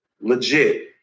Legit